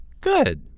Good